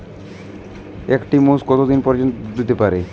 একটি মোষ কত দিন পর্যন্ত দুধ দিতে পারে?